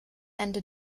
ende